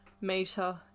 meter